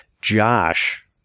Josh